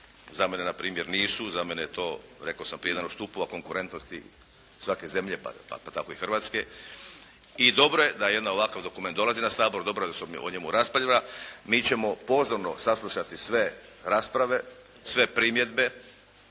Za mene na primjer nisu. Za mene je to rekao sam prije jedan od stupova konkurentnosti svake zemlje pa tako i Hrvatske i dobro je da jedan ovakav dokument dolazi na Sabor. Dobro je da se o njemu raspravlja. Mi ćemo pozorno saslušati sve rasprave, sve primjedbe,